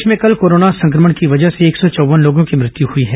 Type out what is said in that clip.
प्रदेश में कल कोरोना संक्रमण की वजह से एक सौ चौव्न लोगों की मृत्यु हुई है